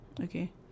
Okay